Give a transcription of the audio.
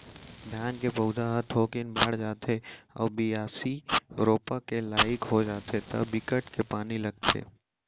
धान के पउधा ह थोकिन बाड़ जाथे अउ बियासी, रोपा के लाइक हो जाथे त बिकट के पानी लगथे